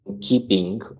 keeping